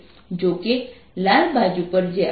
જો કે લાલ બાજુ પર જે આવે છે તે થોડું ધીમું થાય છે